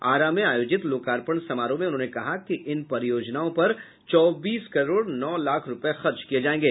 आरा में आयोजित लोकार्पण समारोह में उन्होंने कहा कि इन परियोजनाओं पर चौबीस करोड़ नौ लाख रुपये खर्च किए जाएंगे